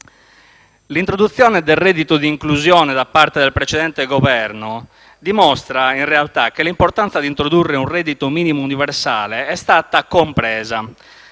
L'introduzione del reddito di inclusione da parte del precedente Governo dimostra, in realtà, che l'importanza di introdurre un reddito minimo universale è stata in realtà